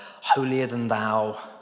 holier-than-thou